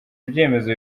ibyemezo